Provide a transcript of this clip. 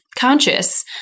conscious